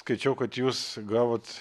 skaičiau kad jūs gavot